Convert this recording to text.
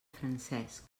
francesc